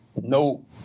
no